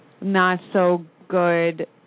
not-so-good